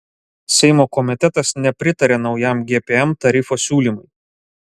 seimo komitetas nepritarė naujam gpm tarifo siūlymui